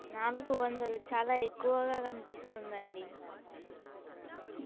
నాలుగు వందలు చాలా ఎక్కువగా కనిపిస్తుందండి